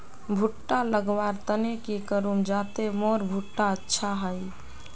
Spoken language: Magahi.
भुट्टा लगवार तने की करूम जाते मोर भुट्टा अच्छा हाई?